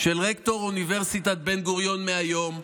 של רקטור אוניברסיטת בן-גוריון מהיום,